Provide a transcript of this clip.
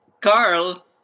Carl